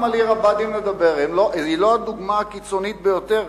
היא לא הדוגמה הקיצונית ביותר.